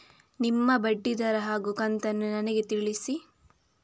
ನಿಮ್ಮ ಬಡ್ಡಿದರ ಹಾಗೂ ಕಂತನ್ನು ನನಗೆ ತಿಳಿಸಿ?